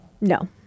No